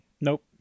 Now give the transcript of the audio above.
Nope